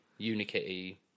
Unikitty